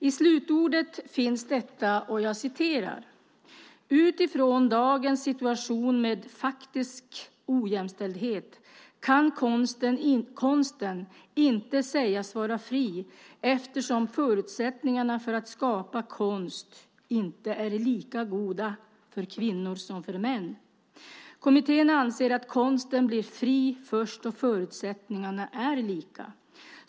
I slutordet finns detta: "Utifrån dagens situation med faktisk ojämställdhet, kan konsten inte sägas vara fri, eftersom förutsättningarna för att skapa konst inte är lika goda för kvinnor som för män. Kommittén anser att konsten blir fri först då förutsättningarna är lika.